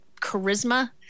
charisma